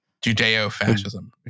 Judeo-fascism